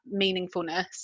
meaningfulness